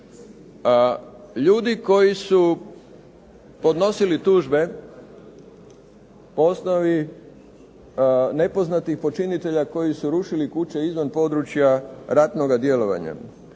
Ljudi koji su podnosili tužbe po osnovi nepoznatih počinitelja koji su rušili kuće izvan područja ratnoga djelovanja